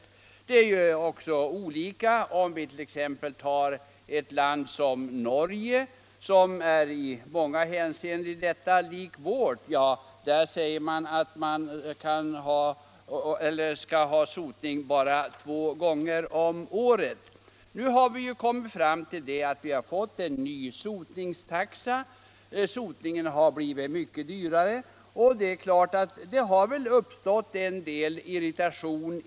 Det är ju också olika. I t.ex. Norge, ett land som i många hänseenden är likt vårt, föreskrivs sotning bara två gånger om året. Nu har vi fått en ny sotningstaxa — sotningen har blivit mycket dyrare, och det har väl uppstått en del irritation.